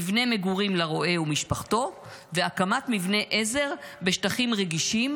מבנה מגורים לרועה ומשפחתו ומבני עזר בשטחים רגישים,